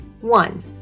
One